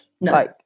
No